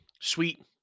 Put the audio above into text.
sweet